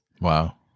Wow